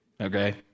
Okay